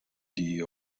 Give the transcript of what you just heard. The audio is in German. die